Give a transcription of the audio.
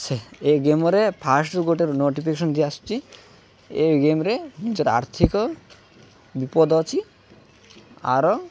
ସେ ଏ ଗେମ୍ରେ ଫାଷ୍ଟ୍ରୁ ଗୋଟେ ନୋଟିଫିକେସନ୍ ଟିଏ ଆସୁଛି ଏ ଗେମ୍ରେ ନିଜର ଆର୍ଥିକ ବିପଦ ଅଛି ଆର